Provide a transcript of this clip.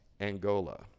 Angola